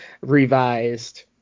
revised